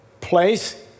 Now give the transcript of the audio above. place